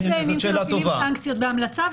יש דיינים שמטילים סנקציות בהמלצה,